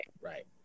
Right